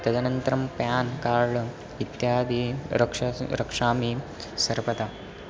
तदनन्तरं pen card इत्यादि रक्षास् रक्षामि सर्वदा